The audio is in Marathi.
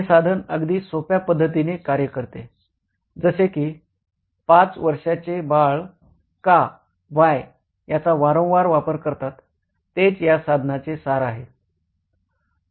हे साधन अगदी सोप्या पद्धतीने कार्य करते जसे कि ५ वर्षाचे बाळ का याचा वारंवार वापर करतात तेच या साधनाचे सार आहे